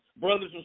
brothers